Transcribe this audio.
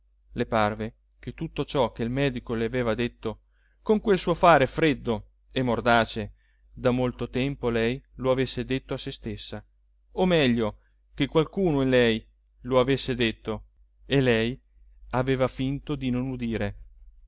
le parve che tutto ciò che il medico le aveva detto con quel suo fare freddo e mordace da molto tempo lei lo avesse detto a sé stessa o meglio che qualcuno in lei lo avesse detto e lei aveva finto di non udire